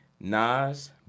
nas